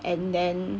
and then